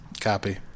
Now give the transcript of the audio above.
copy